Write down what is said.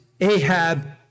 Ahab